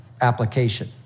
application